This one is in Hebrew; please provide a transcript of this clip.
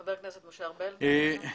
חבר הכנסת משה ארבל, בבקשה.